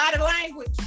language